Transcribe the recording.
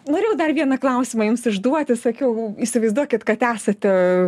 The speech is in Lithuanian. norėjau dar vieną klausimą jums užduoti sakiau įsivaizduokit kad esate